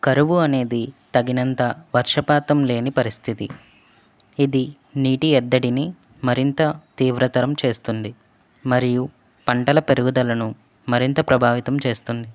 కరువు అనేది తగినంత వర్షపాతంలేని పరిస్థితి ఇది నీటి ఎద్దడిని మరింత తీవ్రతరం చేస్తుంది మరియు పంటల పెరుగుదలను మరింత ప్రభావితం చేస్తుంది